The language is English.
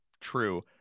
true